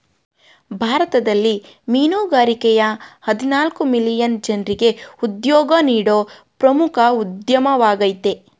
ಭಾರತದಲ್ಲಿ ಮೀನುಗಾರಿಕೆಯ ಹದಿನಾಲ್ಕು ಮಿಲಿಯನ್ ಜನ್ರಿಗೆ ಉದ್ಯೋಗ ನೀಡೋ ಪ್ರಮುಖ ಉದ್ಯಮವಾಗಯ್ತೆ